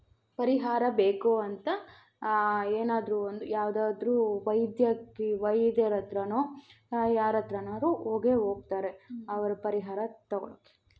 ಪರಿಹಾರ ಬೇಕು ಅಂತ ಏನಾದರೂ ಒಂದು ಯಾವುದಾದ್ರೂ ವೈದ್ಯಕೀಯ ವೈದ್ಯರ ಹತ್ರನೊ ಯಾರ ಹತ್ರನಾರು ಹೋಗೇ ಹೋಗ್ತಾರೆ ಅವರು ಪರಿಹಾರ ತಗೋಳಕ್ಕೆ